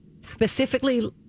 specifically